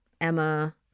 Emma